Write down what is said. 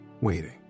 waiting